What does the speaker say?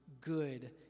good